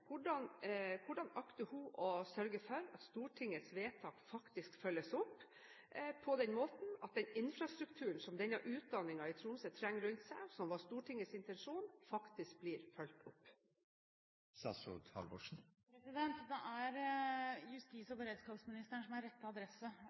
Hvordan akter hun å sørge for at Stortingets vedtak faktisk følges opp, slik at den infrastrukturen som denne utdanningen i Tromsø trenger, og som var Stortingets intensjon, faktisk blir fulgt opp? Det er justis-